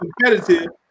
competitive